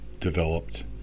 developed